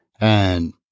And-